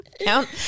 Count